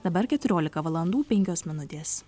dabar keturiolika valandų penkios minutės